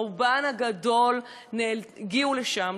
רובן הגדול הגיעו לשם,